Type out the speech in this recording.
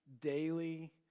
daily